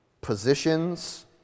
positions